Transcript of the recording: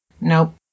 Nope